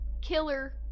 killer